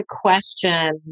question